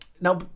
now